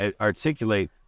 articulate